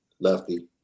lefty